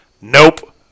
nope